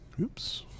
oops